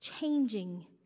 changing